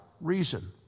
reason